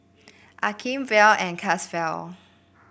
Akeem Verl and Caswell